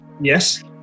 Yes